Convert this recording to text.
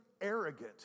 arrogant